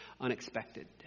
unexpected